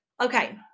Okay